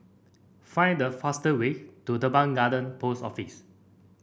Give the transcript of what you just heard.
find the faster way to Teban Garden Post Office